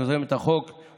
יוזמת החוק,